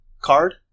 card